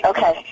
Okay